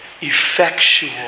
effectual